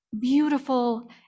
beautiful